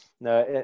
no